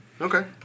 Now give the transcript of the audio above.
Okay